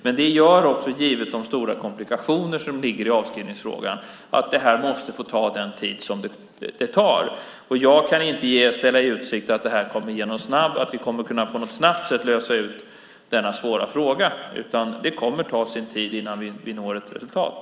Men givet de stora komplikationer som ligger i avskrivningsfrågan måste det här få ta den tid det tar. Jag kan inte ställa i utsikt att den här svåra frågan kan lösas snabbt. Det kommer att ta sin tid innan vi når resultat.